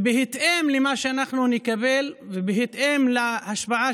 ובהתאם למה שאנחנו נקבל ובהתאם להשפעה